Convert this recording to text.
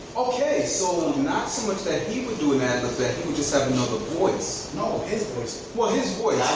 okay so not so much that he would do an ad-lib, that he would just have another voice. no his voice. well his voice,